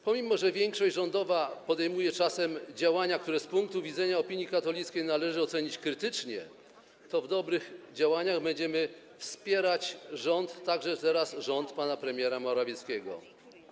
Pomimo że większość rządowa podejmuje czasem działania, które z punktu widzenia opinii katolickiej należy ocenić krytycznie, to w dobrych działaniach będziemy wspierać rząd, także teraz rząd pana premiera Morawieckiego.